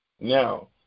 Now